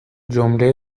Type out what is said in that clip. جمله